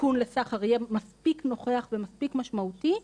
הסיכון לסחר יהיה מספיק נוכח ומספיק משמעותי,